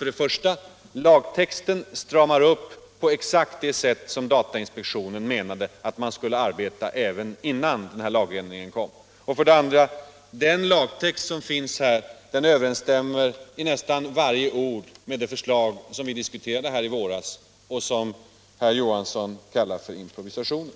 För det första: Lagtexten stramar upp på exakt det sätt som datainspektionen menade att man skulle arbeta även innan lagändringen kom, alltså inom ramen för redan gällande lag. För det andra: Den lagtext som föreslås nu överensstämmer i nästan varje ord med det förslag som vi diskuterade i våras och som herr Johansson kallade för improvisationer.